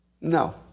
No